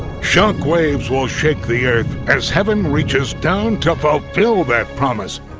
shock waves will shake the earth as heaven reaches down to fulfill that promise.